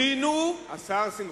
גיבינו, השר שמחון.